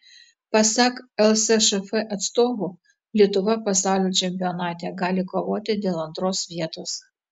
pasak lsšf atstovų lietuva pasaulio čempionate gali kovoti dėl antros vietos